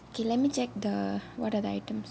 K let me check the what are the items